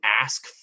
ask